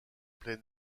plein